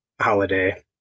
holiday